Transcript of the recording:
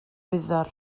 wyddor